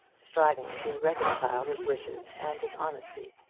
striving to reconcile his wishes and his honesty.